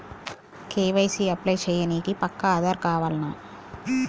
KYC apply చేయనీకి పక్కా ఆధార్ కావాల్నా?